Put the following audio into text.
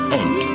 end